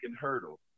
hurdle